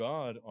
God